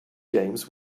games